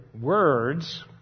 words